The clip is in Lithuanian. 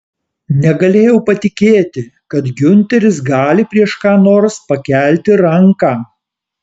negalėjau patikėti kad giunteris gali prieš ką nors pakelti ranką